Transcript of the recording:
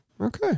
Okay